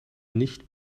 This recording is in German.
nicht